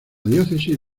diócesis